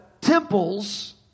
temples